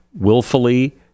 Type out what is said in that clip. willfully